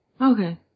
Okay